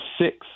six